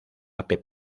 app